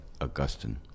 Augustine